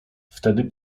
wtedy